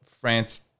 France